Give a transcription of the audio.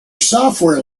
software